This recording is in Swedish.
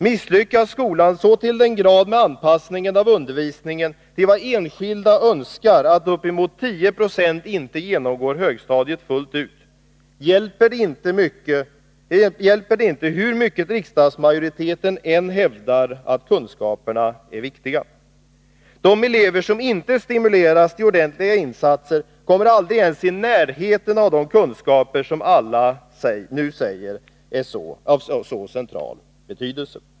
Misslyckas skolan så till den grad med anpassningen av undervisningen till vad enskilda önskar att uppemot 10 96 inte genomgår högstadiet fullt ut, hjälper det inte hur mycket riksdagsmajoriteten än hävdar att kunskaperna är viktiga. De elever som inte stimuleras till ordentliga insatser kommer aldrig ens i närheten av de kunskaper som alla nu säger är av mycket central betydelse.